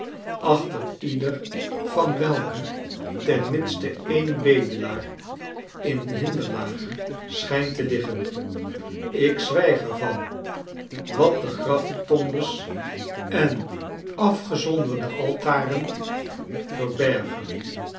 achter ieder van welke ten minste een bedelaar in hinderlaag schijnt te liggen ik zwijg er van wat de graftombes en afgezonderde altaren verbergen